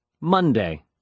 Monday